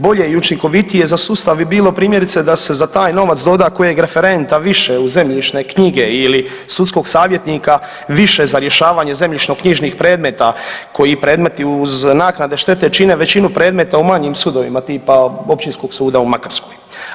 Bolje i učinkovitije za sustav bi bilo primjerice da se za taj novac doda kojeg referenta više u zemljišne knjige ili sudskog savjetnika više za rješavanje zemljišno knjižnih predmeta koji predmeti uz naknade štete čine većinu predmeta u manjim sudovima tipa Općinskog suda u Makarskoj.